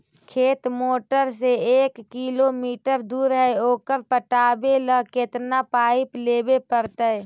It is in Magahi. खेत मोटर से एक किलोमीटर दूर है ओकर पटाबे ल केतना पाइप लेबे पड़तै?